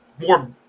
more